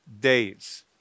days